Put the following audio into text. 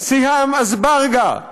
סיהאם זבארגה,